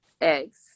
eggs